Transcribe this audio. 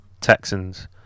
Texans